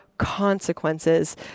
consequences